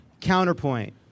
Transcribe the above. Counterpoint